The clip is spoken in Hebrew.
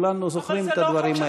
וכולנו זוכרים את הדברים האלה.